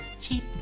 keep